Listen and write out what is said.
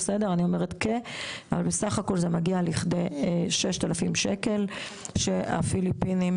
בסך הכל זה מגיע לכדי 6,000 שקלים שהפיליפינים